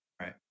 Right